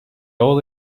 all